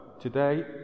Today